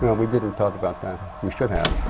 but we didn't talk about that. we should have.